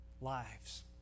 lives